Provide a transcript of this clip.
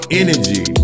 energy